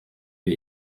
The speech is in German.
wir